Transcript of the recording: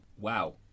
Wow